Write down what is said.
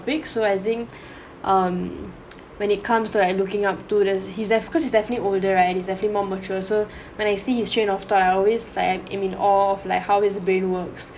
so as in um when it comes to like looking up to the he's there because he's definitely older right and he's definitely more mature so when I see his train of thought I always like I'm in an awe of like how his brain works